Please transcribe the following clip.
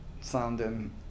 sounding